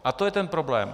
A to je ten problém.